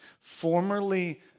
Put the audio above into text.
Formerly